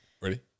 Ready